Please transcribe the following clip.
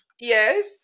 yes